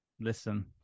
listen